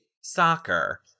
soccer